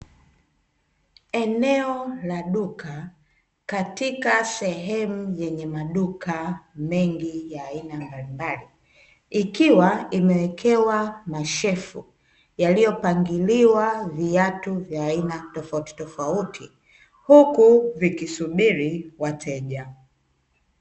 Eneo la duka katika sehemu yenye maduka mengi ya aina mbalimbali, ikiwa imewekewa mashelfu yaliyopangiliwa viatu vya aina tofautitofauti, huku vikisubiri wateja.